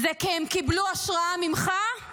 זה כי הם קיבלו השראה ממך,